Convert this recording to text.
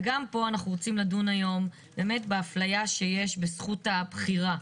וגם פה אנחנו רוצים לדון היום באפליה שיש בזכות הבחירה.